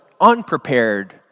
unprepared